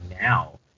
now